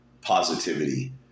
positivity